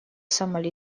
сомали